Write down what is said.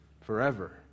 forever